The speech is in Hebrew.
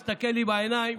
ושיסתכל לי בעיניים: